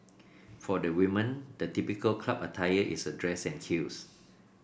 for the women the typical club attire is a dress and heels